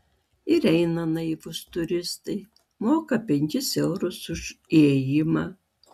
ir eina naivūs turistai moka penkis eurus už įėjimą